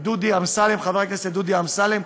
דודי אמסלם, חבר הכנסת דודי אמסלם.